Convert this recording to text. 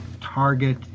target